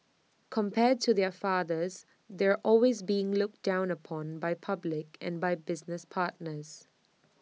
compared to their fathers they're always being looked down upon by public and by business partners